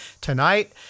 tonight